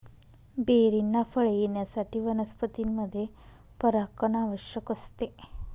बेरींना फळे येण्यासाठी वनस्पतींमध्ये परागण आवश्यक असते